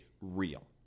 real